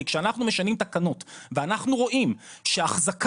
כי כשאנחנו משנים תקנות ואנחנו רואים שאחזקה